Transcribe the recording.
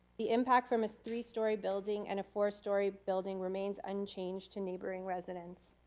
the impact from a three story building and four story building remains unchanged to neighboring residents.